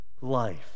life